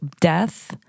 death